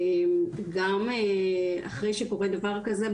גם אחרי שקורה דבר כזה,